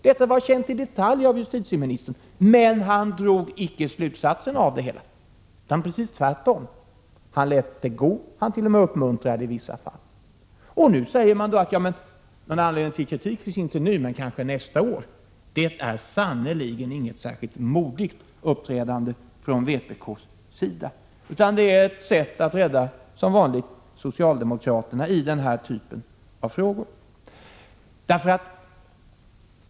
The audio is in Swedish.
Detta var känt i detalj av justitieministern, men han drog inte slutsatser av det hela, utan han lät det gå. Nu sägs det att någon anledning till kritik inte finns nu men kanske nästa år. Det är sannerligen inget särskilt modigt uppträdande från vpk:s sida, utan det är ett sätt att som vanligt rädda socialdemokraterna i frågor av den här typen.